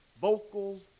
vocals